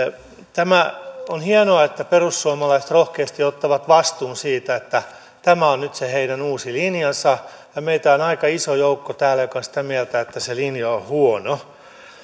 tämä on hienoa että perussuomalaiset rohkeasti ottavat vastuun siitä että tämä on nyt se heidän uusi linjansa ja meitä on täällä aika iso joukko joka on sitä mieltä että se linja on huono